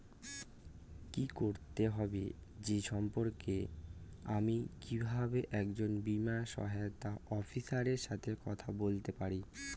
কী করতে হবে সে সম্পর্কে আমি কীভাবে একজন বীমা সহায়তা অফিসারের সাথে কথা বলতে পারি?